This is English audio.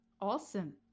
Awesome